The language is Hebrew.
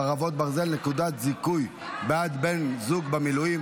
חרבות ברזל) (נקודת זיכוי בעד בן זוג במילואים),